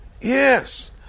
Yes